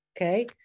okay